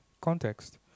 context